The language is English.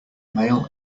male